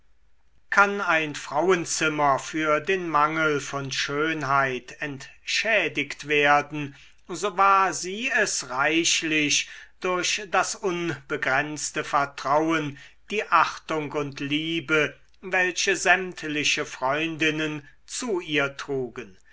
kann ein frauenzimmer für den mangel von schönheit entschädigt werden so war sie es reichlich durch das unbegrenzte vertrauen die achtung und liebe welche sämtliche freundinnen zu ihr trugen